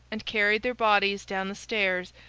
and carried their bodies down the stairs,